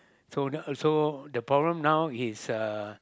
so so the problem now is uh